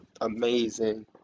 Amazing